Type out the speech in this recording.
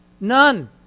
None